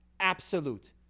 absolute